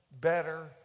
better